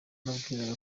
nabwiraga